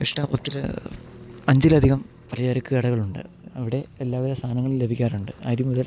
ഒത്തിരി അഞ്ചിൽ അധികം പലചരക്ക് കടകൾ ഉണ്ട് അവിടെ എല്ലാവിധ സാധനങ്ങളും ലഭിക്കാറുണ്ട് അരി മുതൽ